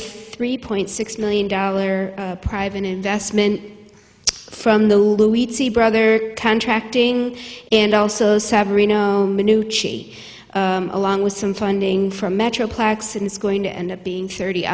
a three point six million dollar private investment from the brother contracting and also along with some funding from metroplex and it's going to end up being thirty